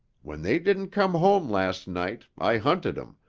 when they didn't come home last night i hunted em,